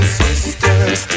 sisters